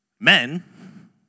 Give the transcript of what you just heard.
Men